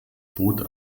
bot